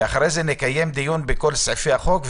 ואחרי זה נקיים דיון בסעיפי החוק.